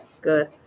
good